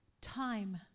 Time